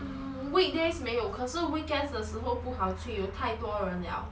mm weekdays 没有可是 weekends 的时候不好去有太多人了